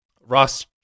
Ross